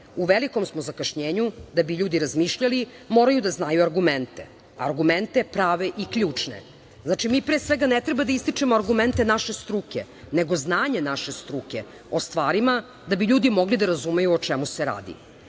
U velikom smo zakašnjenju. Da bi ljudi razmišljali, moraju da znaju argumente, prave i ključne. Znači, mi pre svega ne treba da ističemo argumente naše struke, nego znanje naše struke o stvarima da bi ljudi mogli da razumeju o čemu se radi.